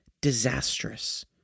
disastrous